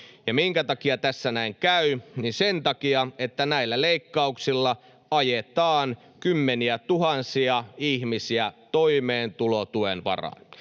minkä takia tässä näin käy? Sen takia, että näillä leikkauksilla ajetaan kymmeniätuhansia ihmisiä toimeentulotuen varaan.